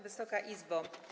Wysoka Izbo!